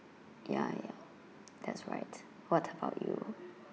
ya ya that's right what about you